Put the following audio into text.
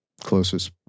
closest